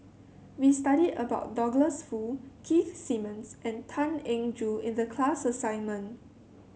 we studied about Douglas Foo Keith Simmons and Tan Eng Joo in the class assignment